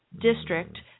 district